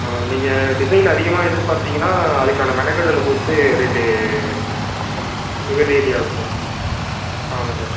நீங்கள் டிசைன் அதிகமாக எதிர்பார்த்திங்கன்னா அதுக்கான மெனக்கெடல் பொறுத்து ரேட்டு வேரியட்டி ஆகும் சார் ஆ ஆமாம் சார்